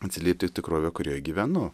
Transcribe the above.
atsiliepti į tikrovę kurioje gyvenu